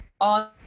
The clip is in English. on